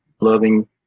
loving